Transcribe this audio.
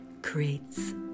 creates